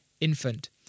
infant